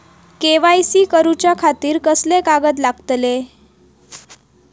KYC करूच्या खातिर कसले कागद लागतले?